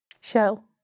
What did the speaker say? shell